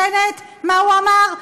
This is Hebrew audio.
בנט, מה הוא אמר?